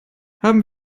haben